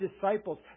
disciples